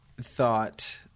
thought